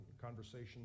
conversation